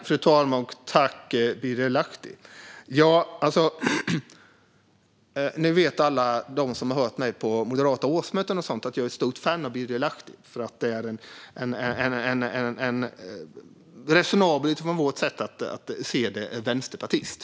Fru talman! Alla som hört mig på moderata årsmöten med mera vet att jag är ett stort fan av Birger Lahti eftersom han, enligt mitt sätt att se det, är en resonabel vänsterpartist.